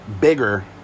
bigger